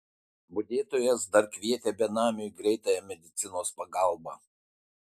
budėtojas dar kvietė benamiui greitąją medicinos pagalbą